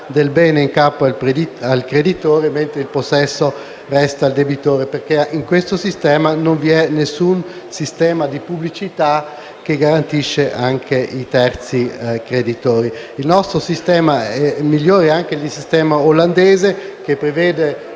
del bene in capo al creditore mentre il possesso resta al debitore, perché in tal caso non vi è alcun sistema di pubblicità che garantisca anche i terzi creditori. Il nostro sistema è migliore anche di quello olandese, che prevede